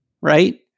right